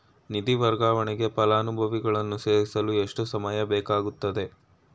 ನಿಧಿ ವರ್ಗಾವಣೆಗೆ ಫಲಾನುಭವಿಗಳನ್ನು ಸೇರಿಸಲು ಎಷ್ಟು ಸಮಯ ಬೇಕಾಗುತ್ತದೆ?